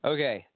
Okay